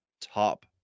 top